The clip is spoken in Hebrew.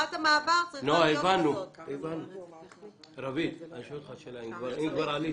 שואל אותך שאלה.